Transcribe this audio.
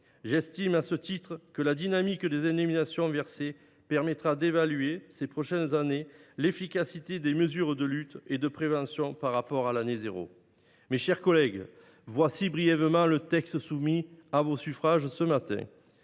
ruchers. À ce titre, la dynamique des indemnisations versées permettra d’évaluer, ces prochaines années, l’efficacité des mesures de lutte et de prévention par rapport à l’année zéro. Mes chers collègues, tel est, brièvement présenté, le contenu du texte soumis à vos suffrages ce matin.